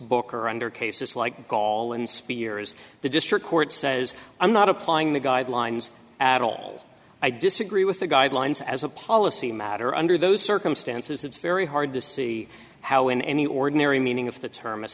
booker under cases like gall and spears the district court says i'm not applying the guidelines at all i disagree with the guidelines as a policy matter under those circumstances it's very hard to see how in any ordinary meaning of the term